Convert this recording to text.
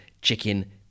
Chicken